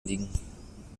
liegen